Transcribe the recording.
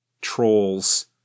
trolls